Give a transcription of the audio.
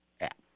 app